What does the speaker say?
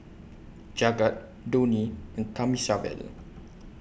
Jagat Dhoni and Thamizhavel